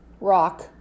rock